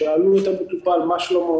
שאלו את המטופל מה שלומו,